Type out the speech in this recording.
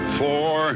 four